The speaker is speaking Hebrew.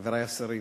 חברי השרים,